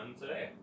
today